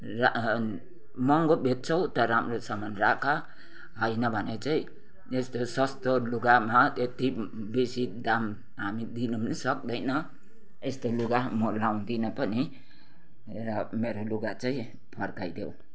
रा महँगो बेच्छौ त राम्रो समान राख हैन भने चाहिँ यस्तो सस्तो लुगामा त्यति बेसी दाम हामी दिनु पनि सक्दैन यस्तो लुगा म लाउँदिन पनि मेरो लुगा चै फर्काइदेउ